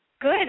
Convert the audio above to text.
Good